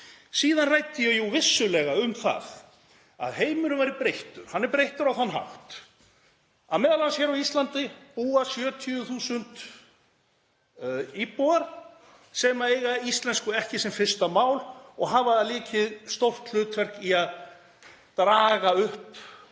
Síðan ræddi ég jú vissulega um það að heimurinn væri breyttur. Hann er breyttur á þann hátt m.a. að hér á Íslandi búa 70.000 íbúar sem eiga íslensku ekki sem fyrsta mál og hafa leikið stórt hlutverk í að draga upp hagvöxt